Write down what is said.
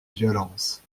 violence